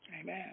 Amen